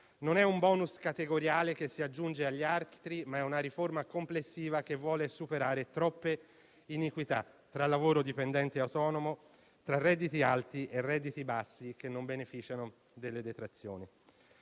non è un *bonus* categoriale che si aggiunge agli altri, ma una riforma complessiva che vuole superare troppe iniquità esistenti tra lavoro dipendente e lavoro autonomo e tra redditi alti e redditi bassi che non beneficiano delle detrazioni.